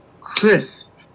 crisp